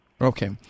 Okay